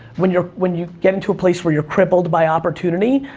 when you're, when you get into a place where you're crippled by opportunity,